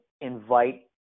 invite